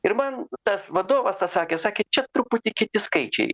ir man tas vadovas atsakė sakė čia truputį kiti skaičiai